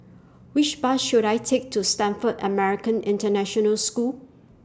Which Bus should I Take to Stamford American International School